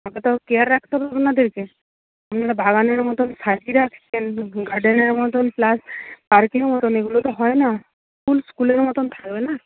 তাকে তো কেয়ার রাখতে হবে আপনাদের কে আপনারা বাগানের মতো সাজিয়ে রাখছেন গার্ডেনের মতো প্লাস পার্কের মতো এগুলো তো হয়না স্কুল স্কুলের মতো থাকবে না